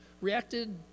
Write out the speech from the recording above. reacted